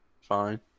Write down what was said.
Fine